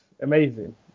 amazing